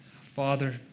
Father